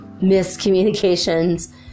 miscommunications